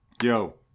Yo